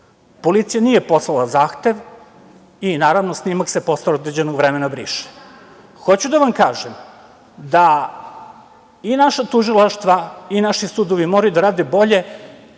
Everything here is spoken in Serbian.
Policija nije poslala zahtev i, naravno, snimak se posle određenog vremena briše. Hoću da vam kažem da i naša tužilaštva i naši sudovi moraju da rade bolje.